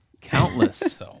Countless